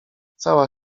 cała